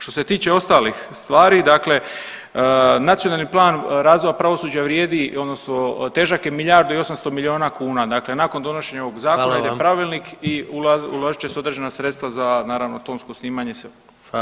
Što se tiče ostalih stvari, dakle Nacionalni plan razvoja pravosuđa vrijedi odnosno težak je milijardu i 800 milijuna kuna, dakle nakon donošenja ovog zakona [[Upadica predsjednik: Hvala vam.]] ide pravilnik i uložit će se određena sredstva naravno tonsko snimanje.